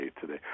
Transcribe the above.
today